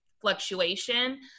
fluctuation